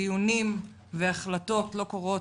דיונים והחלטות לא קורים,